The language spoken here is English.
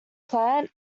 plant